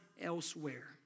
elsewhere